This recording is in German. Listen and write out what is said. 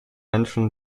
menschen